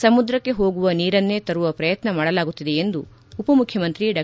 ಸಮುದ್ರಕ್ಕೆ ಹೋಗುವ ನೀರನ್ನೇ ತರುವ ಪ್ರಯತ್ನ ಮಾಡಲಾಗುತ್ತಿದೆ ಎಂದು ಉಪಮುಖ್ಯಮಂತ್ರಿ ಡಾ